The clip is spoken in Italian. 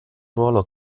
ruolo